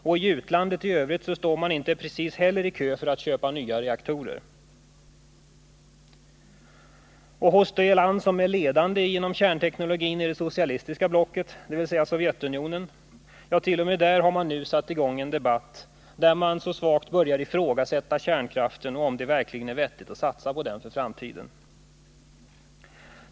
Och i utlandet står man inte precis i kö för att köpa nya reaktorer. T. o. m. i det land som i det socialistiska blocket är ledande när det gäller kärnteknologi, ävs. Sovjetunionen, har det nu satts i gång en debatt, där man så svagt har börjat ifrågasätta kärnkraften och om det verkligen är vettigt att för framtiden satsa på den.